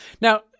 now